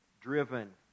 driven